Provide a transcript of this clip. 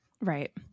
Right